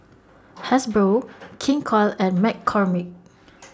Hasbro King Koil and McCormick